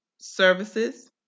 services